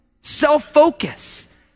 Self-focused